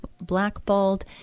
blackballed